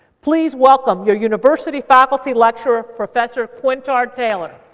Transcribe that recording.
please welcome your university faculty lecturer professor, quintard taylor.